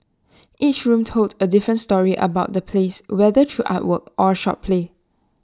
each room told A different story about the place whether through artwork or A short play